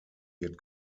wird